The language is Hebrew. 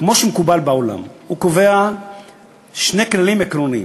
כמו שמקובל בעולם, הוא קובע שני כללים עקרוניים.